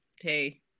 hey